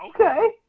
okay